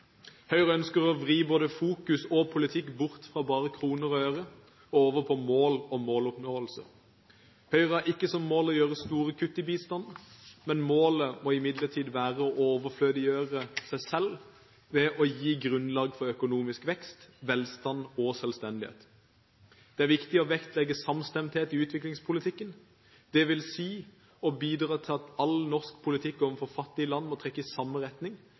Høyre ønsker å vri både fokus og politikk bort fra bare kroner og øre og over på mål og måloppnåelse. Høyre har ikke som mål å gjøre store kutt i bistanden, men målet må være å overflødiggjøre seg selv ved å gi grunnlag for økonomisk vekst, velstand og selvstendighet. Det er viktig å vektlegge samstemmighet i utviklingspolitikken, dvs. å bidra til at all norsk politikk overfor fattige land må trekke i samme retning